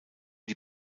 die